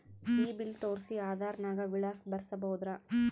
ಈ ಬಿಲ್ ತೋಸ್ರಿ ಆಧಾರ ನಾಗ ವಿಳಾಸ ಬರಸಬೋದರ?